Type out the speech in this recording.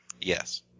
Yes